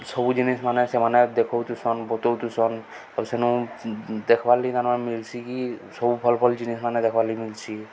ସବୁ ଜିନିଷ୍ ମାନେ ସେମାନେ ଦେଖଉଥିସନ୍ ବତଉଥିସନ୍ ଆଉ ସେନୁ ଦେଖ୍ବାର୍ଲାଗି ତାମାନେ ମିଲ୍ସି କିି ସବୁ ଭଲ୍ ଭଲ୍ ଜିନିଷ୍ମାନେ ଦେଖ୍ବାର୍ ଲାଗି ମିଲ୍ସି